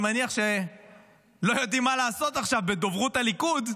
אני מניח שלא יודעים מה לעשות בדוברות הליכוד.